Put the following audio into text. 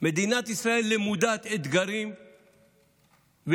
מדינת ישראל למודת אתגרים והתמודדויות